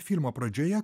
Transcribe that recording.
filmo pradžioje